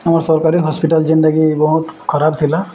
ଆମର୍ ସରକାରୀ ହସ୍ପିଟାଲ ଯେମିତିକି ବହୁତ ଖରାପ ଥିଲା